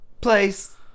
place